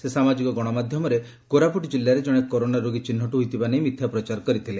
ସେ ସାମାଜିକ ଗଣମାଧ୍ଧମରେ କୋରାପୁଟ ଜିଲ୍ଲାରେ ଜଣେ କରୋନା ରୋଗୀ ଚିହୁଟ ହୋଇଥିବା ନେଇ ମିଥ୍ୟା ପ୍ରଚାର କରିଥିଲେ